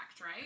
right